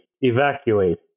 evacuate